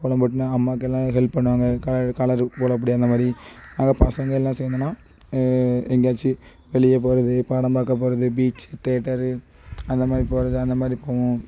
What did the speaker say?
கோலம் போட்டுனால் அம்மாக்கெல்லாம் ஹெல்ப் பண்ணுவாங்க கலர் கலர் கோலப்பொடி அந்த மாதிரி நாங்கள் பசங்க எல்லாம் சேர்ந்தனா எங்கேயாச்சி வெளியே போகிறது படம் பார்க்க போகிறது பீச் தேட்டரு அந்த மாதிரி போகிறது அந்த மாதிரி போவோம்